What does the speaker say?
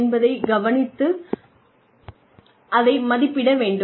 என்பதை கவனித்து அதை மதிப்பிட வேண்டும்